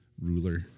ruler